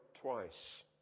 twice